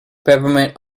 peppermint